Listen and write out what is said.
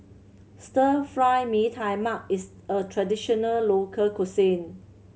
Stir Fry Mee Tai Mak is a traditional local cuisine